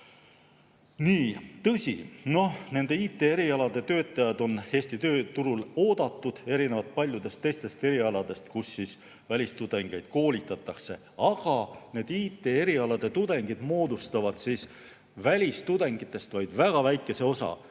Nii, tõsi, IT-erialade töötajad on Eesti tööturul oodatud, erinevalt paljudest teistest erialadest, kus välistudengeid koolitatakse. Aga IT-erialade tudengid moodustavad välistudengitest vaid väga väikese osa: